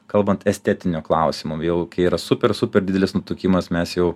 kalbant estetiniu klausimu jau kai yra super super didelis nutukimas mes jau